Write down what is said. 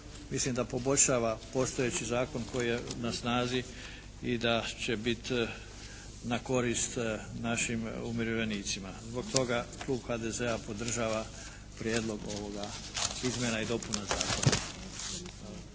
mislim da poboljšava postojeći zakon koji je na snazi i da će biti na korist našim umirovljenicima. Zbog toga klub HDZ-a podržava prijedlog ovoga, izmjena i dopuna zakona.